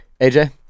AJ